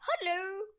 hello